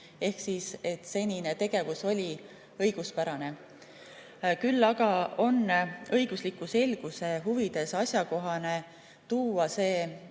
Ehk siis senine tegevus oli õiguspärane. Küll aga on õigusliku selguse huvides asjakohane tuua see